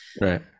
Right